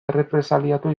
errepresaliatu